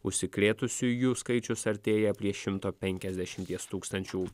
užsikrėtusiųjų skaičius artėja prie šimto penkiasdešimties tūkstančių